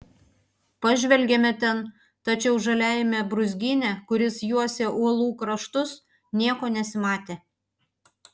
pažvelgėme ten tačiau žaliajame brūzgyne kuris juosė uolų kraštus nieko nesimatė